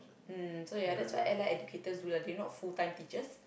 mm so ya that's what Allied-Educators do lah they not full-time teachers